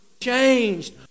changed